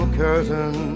curtain